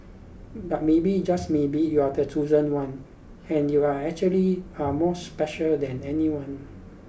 but maybe just maybe you're the chosen one and you are actually are more special than anyone